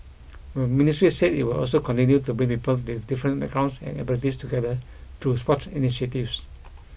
the ministry said it will also continue to bring people with different backgrounds and abilities together through sports initiatives